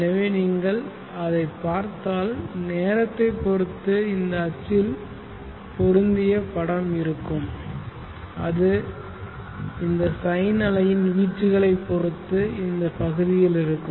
எனவே நீங்கள் அதைப் பார்த்தால் நேரத்தைப் பொருத்து இந்த அச்சில் பொருந்திய படம் இருக்கும் அது இந்த சைன் அலையின் வீச்சுகளைப் பொறுத்து இந்த பகுதியில் இருக்கும்